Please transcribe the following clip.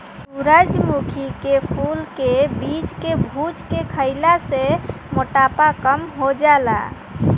सूरजमुखी के फूल के बीज के भुज के खईला से मोटापा कम हो जाला